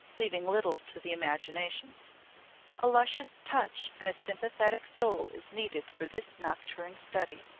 leaving little to the imagination a luscious touch, and a sympathetic soul is needed for this nocturne study.